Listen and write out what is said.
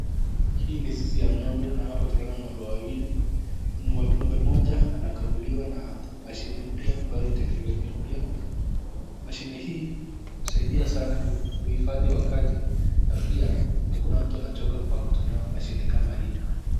Hii ni zizi ya ng'ombe na hapa tunaona ng'ombe wawili, ng'ombe mmoja anakamuliwa na mashine mpaya ambayo ni teknolojia mpya, mashine hii husaidia sana kuhifadhi wakati, pia hakuna mtu anachoka kwa kutumia mashini kama hii.